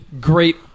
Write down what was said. great